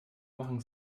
machen